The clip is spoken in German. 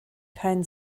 kein